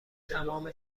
تمام